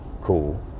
cool